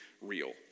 real